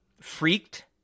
Freaked